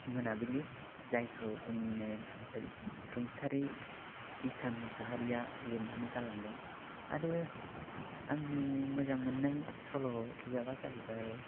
मोनाबिलि जायखौ जोंनिनो रुंसारि इसान मसाहारिया लिरनानै गालांदों आरो आंनि मोजां मोननाय सल' बिजाबा जाहैबाय